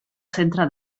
centre